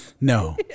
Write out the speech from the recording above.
No